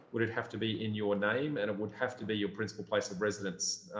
would it have to be in your name and it would have to be your principal place of residence?